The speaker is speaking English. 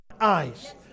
eyes